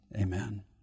Amen